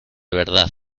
verdad